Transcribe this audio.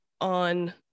on